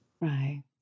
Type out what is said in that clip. Right